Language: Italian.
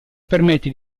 permette